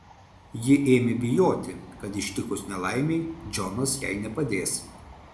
ji ėmė bijoti kad ištikus nelaimei džonas jai nepadės